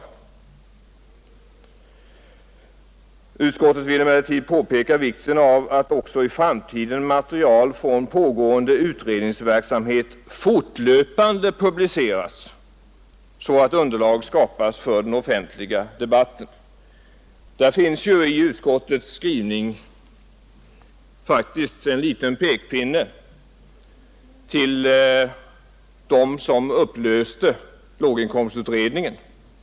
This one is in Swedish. Vidare skriver utskottet: ”Utskottet vill emellertid påpeka vikten av att också i framtiden material från pågående utredningsverksamhet fortlöpande publiceras så att underlag skapas för den offentliga debatten.” I utskottets skrivning finns faktiskt en liten pekpinne till dem som upplöste låginkomstutredningen.